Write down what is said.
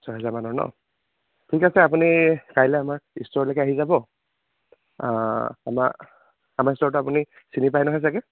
ছয় হেজাৰ মানৰ ন' ঠিক আছে আপুনি কাইলৈ আমাৰ ষ্ট'ৰলৈকে আহি যাব আমাৰ আমাৰ ষ্ট'ৰটো আপুনি চিনি পাই নহয় চাগৈ